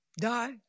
die